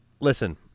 Listen